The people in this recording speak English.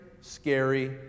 scary